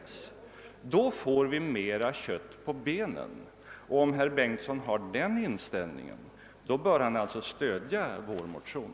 I så fall får vi mera kött på benen i denna fråga. Om herr Bengtsson anser det angeläget, bör han alltså stödja vår motion.